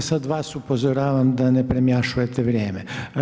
Ja sad vas upozoravam da ne premašujete vrijeme.